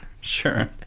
sure